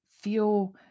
feel